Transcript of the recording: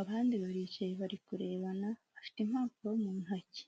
abandi baricaye bari kurebana bafite impapuro mu ntoki.